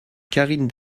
karine